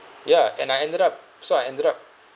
ya and I ended up so I ended up